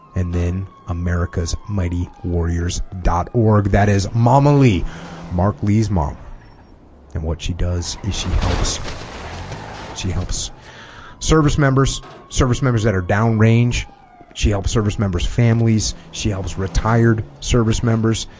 and then america's mightywarriors dot org that is mama lee mark lee's mom and what she does is she helps she helps service members service members that are downrange she helps service members families she helps retired service members